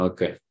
Okay